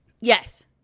Yes